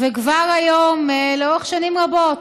וכבר היום לאורך שנים רבות